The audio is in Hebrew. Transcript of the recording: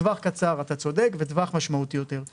טווח קצר, אתה צודק, וטווח משמעותי יותר.